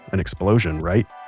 an explosion right?